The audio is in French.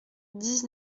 dix